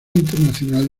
internacional